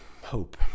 hope